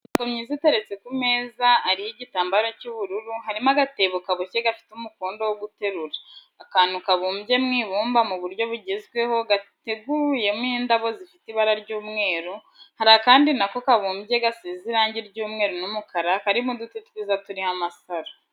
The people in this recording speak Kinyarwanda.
Imitako myiza iteretse ku meza ariho igitamabaro cy'ubururu, harimo agatebo kaboshye gafite umukondo wo guterura, akantu kabumye mw'ibumba mu buryo bugezweho gateguyemo indabo zifite ibara ry'umweru, hari akandi nako kabumbye gasize irangi ry'umweru n'umukara karimo uduti twiza turiho amasaro.